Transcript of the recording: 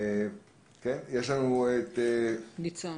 ניצן